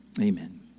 Amen